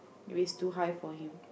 if it's too high for him